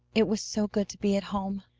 it was so good to be at home!